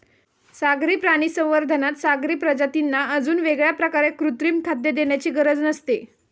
सागरी प्राणी संवर्धनात सागरी प्रजातींना अजून वेगळ्या प्रकारे कृत्रिम खाद्य देण्याची गरज नसते